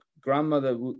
grandmother